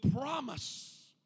promise